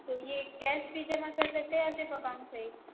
तो ये कैश भी जमा कर सकते हैं या सिर्फ़ अकाउंट से ही